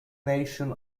nation